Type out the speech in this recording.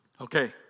Okay